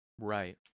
Right